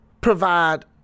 provide